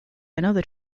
another